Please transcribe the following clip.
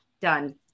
done